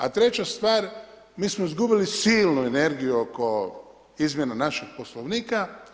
A treća stvar, mi smo izgubili silnu energiju oko izmjene naših Poslovnika.